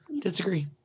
Disagree